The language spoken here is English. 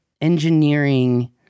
engineering